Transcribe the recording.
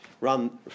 run